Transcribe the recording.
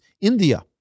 India